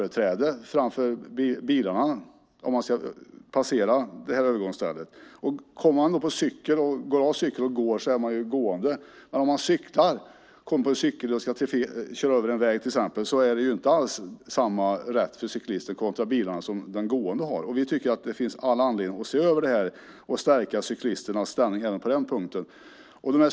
En cyklist som går av cykeln och leder sin cykel över räknas som gående. Men cyklar man över ett övergångsställe har cyklisten inte samma rätt kontra bilisterna som den gående har. Vi anser att det finns all anledning att se över detta och stärka cyklisternas ställning även på den punkten.